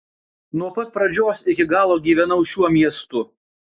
nuo pat pradžios iki galo gyvenau šiuo miestu